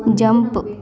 jump